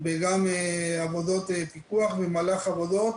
וגם פיקוח במהלך העבודות,